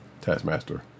Taskmaster